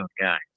guy